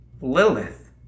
Lilith